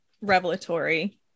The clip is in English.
revelatory